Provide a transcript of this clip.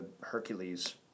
Hercules